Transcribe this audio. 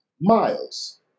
Miles